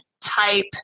type